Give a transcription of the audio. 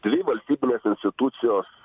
dvi valstybinės institucijos